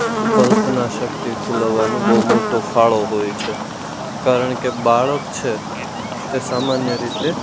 કલ્પના શક્તિ ખિલવવાનું બહુ મોટો ફાળો હોય છે કારણ કે બાળક છે તે સામાન્ય રીતે